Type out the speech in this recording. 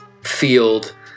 field